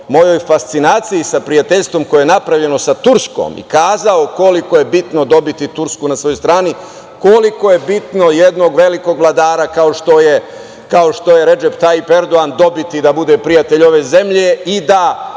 mojoj fascinaciji sa prijateljstvom koje je napravljeno sa Turskom i rekao koliko je bitno dobiti Tursku na svojoj strani, koliko je bitno jednog velikog vladara kao što je Redžep Taip Erdogan, dobiti da bude prijatelj ove zemlje i da